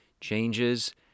changes